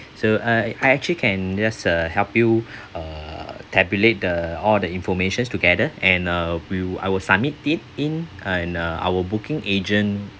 so uh I actually can just uh help you uh tabulate the all the information together and uh we wi~ I will submit it in and uh our booking agent